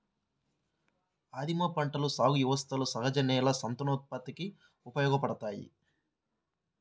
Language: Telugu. ఆదిమ పంటల సాగు వ్యవస్థలు సహజ నేల సంతానోత్పత్తికి ఉపయోగపడతాయి